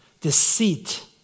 deceit